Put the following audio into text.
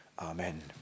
Amen